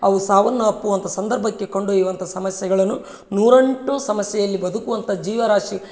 ಅವು ಸಾವನ್ನು ಅಪ್ಪುವಂಥ ಸಂದರ್ಭಕ್ಕೆ ಕೊಂಡೊಯ್ಯುವಂಥ ಸಮಸ್ಯೆಗಳನ್ನು ನೂರೆಂಟು ಸಮಸ್ಯೆಯಲ್ಲಿ ಬದುಕುವಂಥ ಜೀವರಾಶಿ